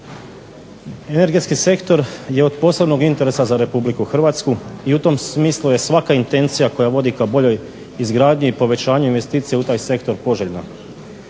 Energetski sektor je od posebnog interesa za RH i u tom smislu je svaka intencija koja vodi ka boljoj izgradnji i povećanju investicije u taj sektor poželjna.